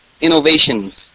innovations